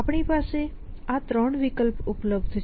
આપણી પાસે આ 3 વિકલ્પ ઉપલબ્ધ છે